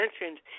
mentioned